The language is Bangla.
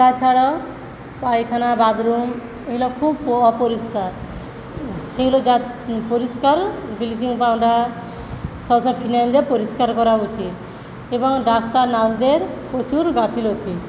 তাছাড়াও পায়খানা বাথরুম এইগুলো খুব অপরিষ্কার সেইগুলো পরিষ্কার ব্লিচিং পাওডার সবসময় ফিনাইল দিয়ে পরিষ্কার করা উঠিৎ এবং ডাক্তার নার্সদের প্রচুর গাফিলতি